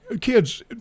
kids